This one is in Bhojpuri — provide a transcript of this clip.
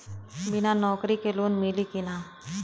बिना नौकरी के लोन मिली कि ना?